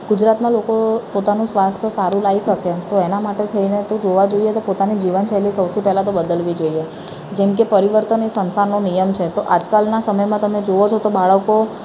ગુજરાતના લોકો પોતાનું સ્વાસ્થ્ય સારું લાવી શકે તો એના માટે થઇને તો જોવા જઈએ તો પોતાની જીવનશૈલી સૌથી પહેલાં તો બદલવી જોઈએ જેમ કે પરિવર્તન એ સંસારનો નિયમ છે તો આજકાલના સમયમાં તમે જુઓ છો તો બાળકો